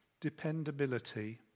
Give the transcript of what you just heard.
dependability